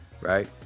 right